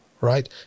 right